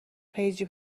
پیجی